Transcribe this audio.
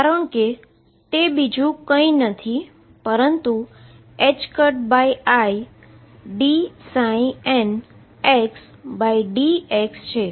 કારણકે તે બીજુ કઈ નથી પરંતુ idndx છે